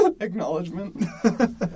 acknowledgement